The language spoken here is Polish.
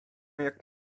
jak